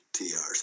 TRs